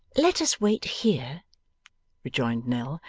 let us wait here rejoined nell.